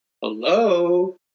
hello